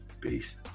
Peace